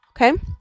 Okay